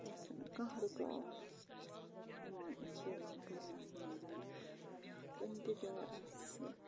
تَتھ چھَنہٕ کانٛہہ رُکاوَٹ یِوان اِستعمال کَرنَس منٛز کُنہِ تہِ جایہِ آسہِ سُہ